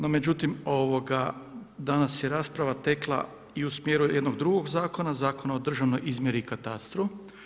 No međutim, danas je rasprava tekla i u smjeru jednog drugog zakona, Zakona o državnoj izmjeri i katastru.